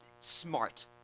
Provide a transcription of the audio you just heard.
smart